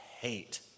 hate